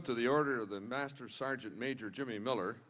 into the order of the master sergeant major jimmy miller